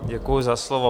Děkuji za slovo.